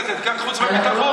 חוץ וביטחון.